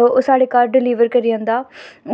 ओह् साढ़े घर डलिवर करी जंदा